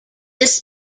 this